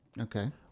Okay